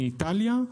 מאיטליה,